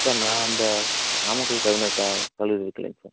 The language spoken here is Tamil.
சார் நான் அந்த நாமக்கல் டவுனுகிட்ட கல்லூரி இருக்குல்லிங்க சார்